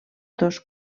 dos